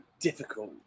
difficult